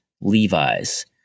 Levi's